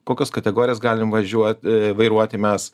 kokios kategorijas galim važiuot vairuoti mes